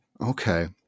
Okay